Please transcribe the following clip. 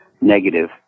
negative